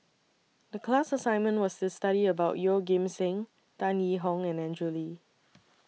The class assignment was to study about Yeoh Ghim Seng Tan Yee Hong and Andrew Lee